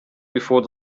before